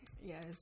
Yes